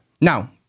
Now